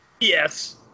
Yes